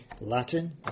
Latin